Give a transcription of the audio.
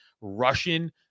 Russian